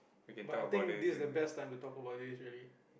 but I think this is the best time to talk about this really